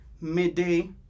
midday